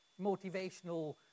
motivational